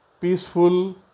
peaceful